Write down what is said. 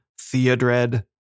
Theodred